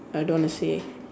I don't want to say